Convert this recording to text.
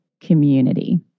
community